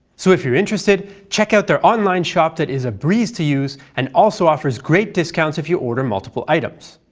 so if you're interested, check out their online shop that is a breeze to use and also offers great discounts if you order multiple items.